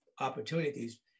opportunities